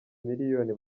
miliyoni